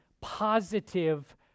Positive